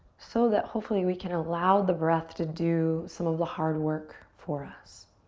so that hopefully we can allow the breath to do some of the hard work for us.